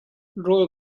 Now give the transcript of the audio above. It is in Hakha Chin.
rawl